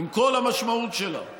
עם כל המשמעות שלה,